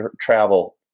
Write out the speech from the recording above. travel